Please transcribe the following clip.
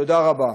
תודה רבה.